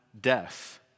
death